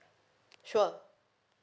sure